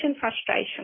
frustration